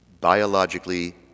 Biologically